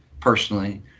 personally